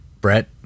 Brett